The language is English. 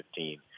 2015